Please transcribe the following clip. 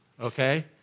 okay